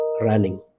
running